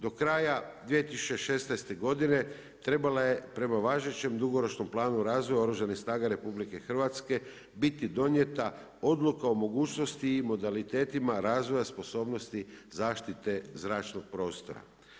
Do kraja 2016. godine, trebala je prema važećem dugoročnom planu razvoja Oružanih snaga RH biti donijeta odluka o mogućnosti i modalitetima razvoja sposobnosti zaštite zračnog prostora.